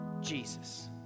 Jesus